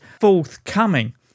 forthcoming